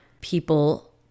people